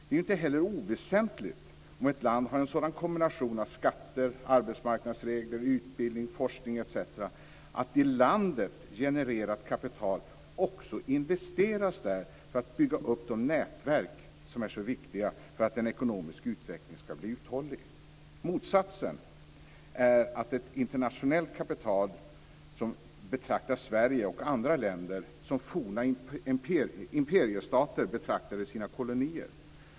Det är inte heller oväsentligt om ett land har en sådan kombination av skatter, arbetsmarknadsregler, utbildning, forskning osv. att i landet genererat kapital också investeras där för att bygga upp de nätverk som är så viktiga för att den ekonomiska utvecklingen skall bli uthållig. Motsatsen är ett internationellt kapital som betraktar Sverige och andra länder som forna imperiestater betraktade sina kolonier.